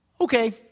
okay